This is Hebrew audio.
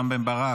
רם בן ברק,